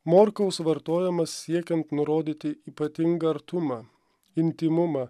morkaus vartojamas siekiant nurodyti ypatingą artumą intymumą